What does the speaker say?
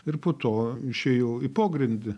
ir po to išėjau į pogrindį